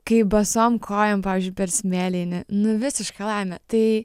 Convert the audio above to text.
kai basom kojom pavyzdžiui per smėlį eini nu visiška laimė tai